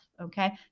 okay